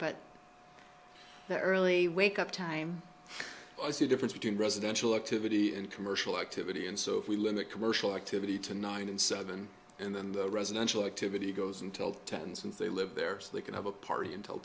but the early wake up time was the difference between residential activity and commercial activity and so if we limit commercial activity to nine and seven and then the residential activity goes until ten since they live there so they can have a party until